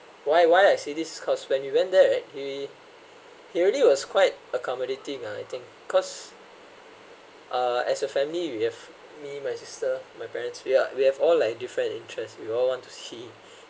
why why I say this cause when you went there right he he really was quite accommodative ah I think cause uh as a family we have me my sister my parents we are we have all like different interests we all want to see